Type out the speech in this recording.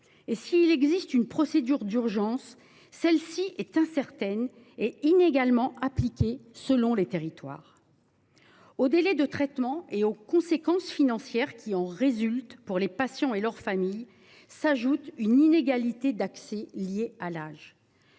S’il existe bien une procédure d’urgence, celle ci est incertaine et inégalement appliquée selon les territoires. Aux délais de traitement et aux conséquences financières qui en résultent pour les patients et leurs familles s’ajoute une inégalité d’accès liée à l’âge.